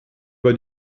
bei